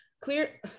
clear